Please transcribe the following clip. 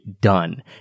done